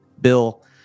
Bill